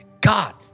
God